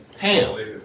Ham